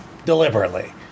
Deliberately